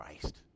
Christ